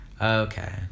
okay